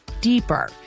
deeper